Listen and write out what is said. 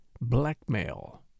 Blackmail